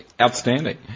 outstanding